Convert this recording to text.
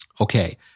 Okay